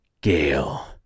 Gale